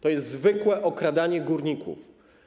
To jest zwykłe okradanie górników.